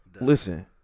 Listen